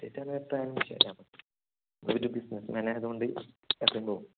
ഒരു ബിസിനസ്സ് മാനായതു കൊണ്ട് എവിടെയും പോകും